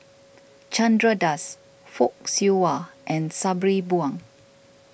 Chandra Das Fock Siew Wah and Sabri Buang